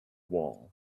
wall